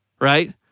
right